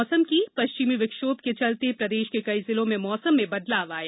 मौसम पश्चिमी विक्षोभ के चलते प्रदेश के कई जिलों में मौसम में बदलाव आया